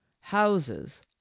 houses